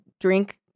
drink